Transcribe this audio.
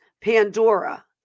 Pandora